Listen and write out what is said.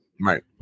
Right